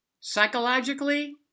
psychologically